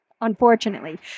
unfortunately